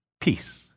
peace